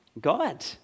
God